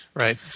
Right